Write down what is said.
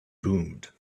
boomed